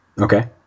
Okay